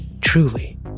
truly